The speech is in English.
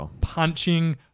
punching